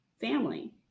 family